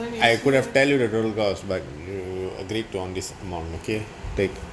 I could have tell you the total cost but you agreed to on this amount okay take